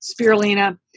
spirulina